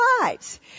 lives